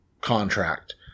contract